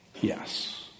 Yes